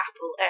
Apple